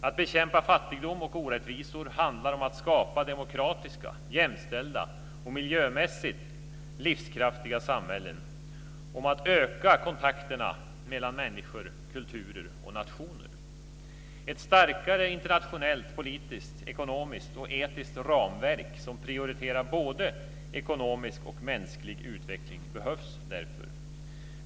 Att bekämpa fattigdom och orättvisor handlar om att skapa demokratiska, jämställda och miljömässigt livskraftiga samhällen och om att öka kontakterna mellan människor, kulturer och nationer. Ett starkare internationellt, politiskt, ekonomiskt och etiskt ramverk som prioriterar både ekonomisk och mänsklig utveckling behövs därför.